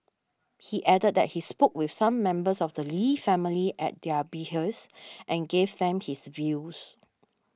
he added that he spoke with some members of the Lee family at their behest and gave them his views